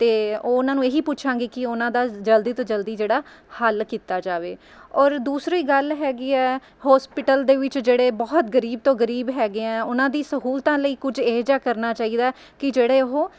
ਅਤੇ ਉਹਨਾਂ ਨੂੰ ਇਹੀ ਪੁੱਛਾਂਗੀ ਕਿ ਉਹਨਾਂ ਦਾ ਜਲਦੀ ਤੋਂ ਜਲਦੀ ਜਿਹੜਾ ਹੱਲ ਕੀਤਾ ਜਾਵੇ ਔਰ ਦੂਸਰੀ ਗੱਲ ਹੈਗੀ ਹੈ ਹੋਸਪਿਟਲ ਦੇ ਵਿੱਚ ਜਿਹੜੇ ਬਹੁਤ ਗਰੀਬ ਤੋਂ ਗਰੀਬ ਹੈਗੇ ਹੈ ਉਹਨਾਂ ਦੀ ਸਹੂਲਤਾਂ ਲਈ ਕੁੱਝ ਇਹ ਜਿਹਾ ਕਰਨਾ ਚਾਹੀਦਾ ਕਿ ਜਿਹੜੇ ਉਹ